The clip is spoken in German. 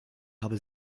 habe